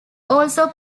also